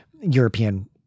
European